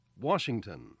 Washington